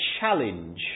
challenge